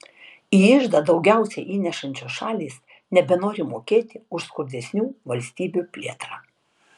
į iždą daugiausiai įnešančios šalys nebenori mokėti už skurdesnių valstybių plėtrą